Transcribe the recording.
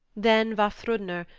then vafthrudner,